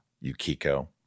Yukiko